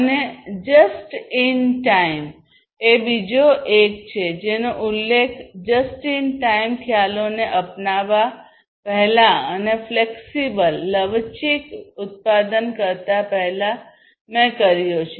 અને just in time એ બીજો એક છે જેનો ઉલ્લેખ જસ્ટ ઇન ટાઇમ ખ્યાલોને અપનાવવા પહેલાં અને ફ્લેક્સિબલ લવચીક ઉત્પાદન કરતાં પહેલાં મેં કર્યો છે